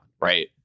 right